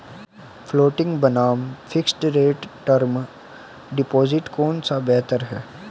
Floating बनाम fixed rate term deposit कौन सा बेहतर है?